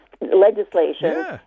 legislation